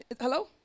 hello